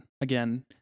again